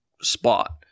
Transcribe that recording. spot